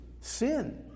Sin